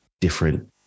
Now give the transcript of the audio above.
different